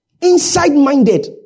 Inside-minded